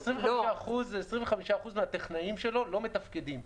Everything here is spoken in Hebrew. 25% זה 25% מהטכנאים שלו שלא מתפקדים,